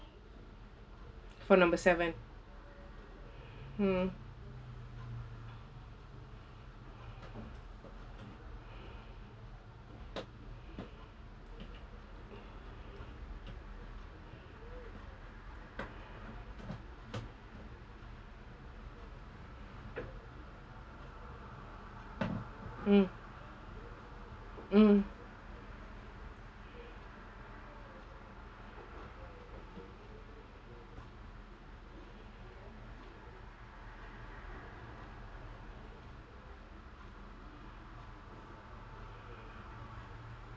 for number seven hmm mm mm